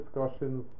discussions